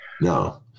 no